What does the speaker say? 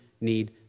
need